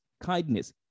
kindness